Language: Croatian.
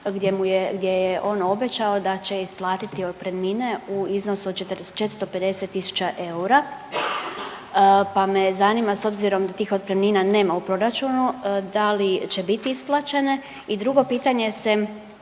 gdje je on obećao da će isplatiti otpremnine u iznosu od 450 000 eura. Pa me zanima s obzirom da tih otpremnina nema u proračunu da li će biti isplaćene? I drugo pitanje se